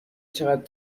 چقد